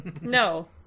No